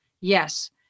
yes